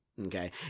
Okay